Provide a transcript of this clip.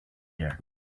there